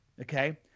Okay